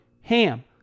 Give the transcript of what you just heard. HAM